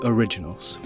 Originals